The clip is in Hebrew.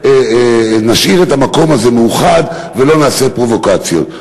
נשאיר את המקום הזה מאוחד ולא נעשה פרובוקציות.